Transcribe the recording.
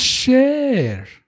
share